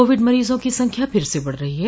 Covid मरीजों की संख्या फिर से बढ़ रही है